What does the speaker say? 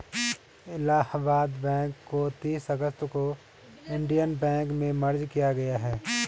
Allahabad bank को तीस अगस्त को इन्डियन बैंक में मर्ज किया गया है